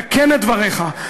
תקן את דבריך.